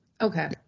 Okay